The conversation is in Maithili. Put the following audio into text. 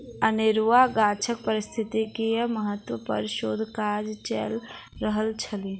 अनेरुआ गाछक पारिस्थितिकीय महत्व पर शोध काज चैल रहल अछि